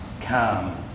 calm